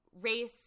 race